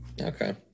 Okay